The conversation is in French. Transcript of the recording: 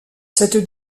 cette